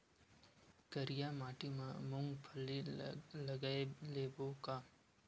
करिया माटी मा मूंग फल्ली लगय लेबों का?